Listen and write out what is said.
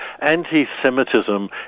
anti-Semitism